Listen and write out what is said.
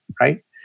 right